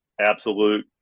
absolute